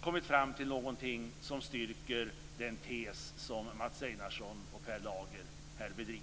kommit fram till någonting som styrker den tes som Mats Einarsson och Per Lager här för fram.